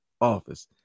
office